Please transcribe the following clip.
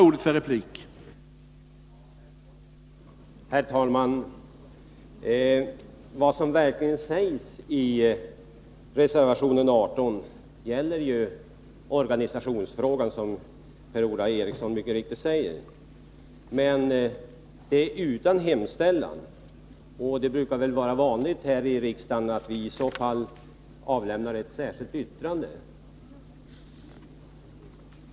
Herr talman! Det som verkligen sägs i reservationen 18 gäller, som Per-Ola Eriksson mycket riktigt påpekade, organisationsfrågan, men det finns ingen hemställan. Det brukar här i riksdagen vara vanligt att man i sådana fall avlämnar ett särskilt yttrande.